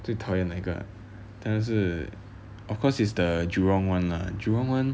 最讨厌哪一个 ah 但然是 of course is the jurong [one] lah jurong [one]